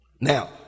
Now